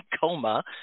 Coma